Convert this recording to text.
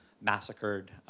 massacred